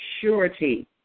surety